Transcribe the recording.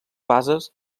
bases